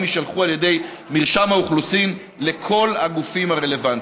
יישלחו על ידי מרשם האוכלוסין לכל הגופים הרלוונטיים.